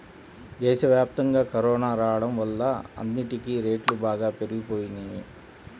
దేశవ్యాప్తంగా కరోనా రాడం వల్ల అన్నిటికీ రేట్లు బాగా పెరిగిపోయినియ్యి